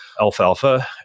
alfalfa